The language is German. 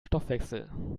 stoffwechsel